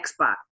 Xbox